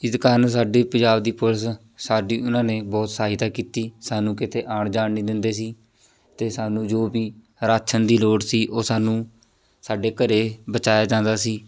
ਇਸ ਕਾਰਨ ਸਾਡੀ ਪੰਜਾਬ ਦੀ ਪੁਲਿਸ ਸਾਡੀ ਉਹਨਾਂ ਨੇ ਬਹੁਤ ਸਹਾਇਤਾ ਕੀਤੀ ਸਾਨੂੰ ਕਿਤੇ ਆਉਣ ਜਾਣ ਨਹੀਂ ਦਿੰਦੇ ਸੀ ਅਤੇ ਸਾਨੂੰ ਜੋ ਵੀ ਰਾਸ਼ਨ ਦੀ ਲੋੜ ਸੀ ਉਹ ਸਾਨੂੰ ਸਾਡੇ ਘਰੇ ਬਚਾਇਆ ਜਾਂਦਾ ਸੀ